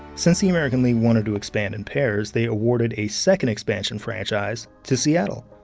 since the american league wanted to expand in pairs, they awarded a second expansion franchise to seattle,